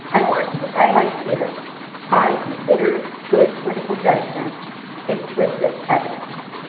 i want to highlight here i consider good clinical judgment implicit evidence.